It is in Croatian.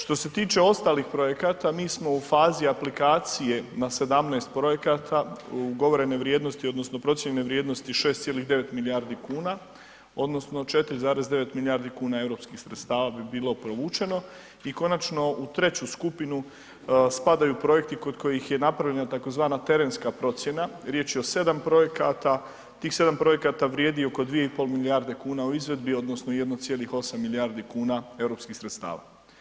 Što se tiče ostalih projekata mi smo u fazi aplikacije na 17 projekata ugovorene vrijednosti odnosno procijenjene vrijednosti 6,9 milijardi kuna odnosno 4,9 milijardi kuna europskih sredstava bi bilo provučeno i konačno u treću skupinu spadaju projekti kod kojih je napravljena tzv. terenska procjena, riječ je o 7 projekata, tih 7 projekata vrijedi oko 2,5 milijarde kuna u izvedbi odnosno 1,8 milijardi kuna europskih sredstava.